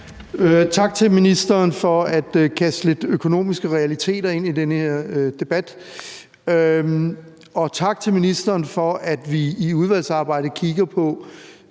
Tak til ministeren for at kaste lidt økonomiske realiteter ind i den her debat, og tak til ministeren for, at vi i udvalgsarbejdet kigger på,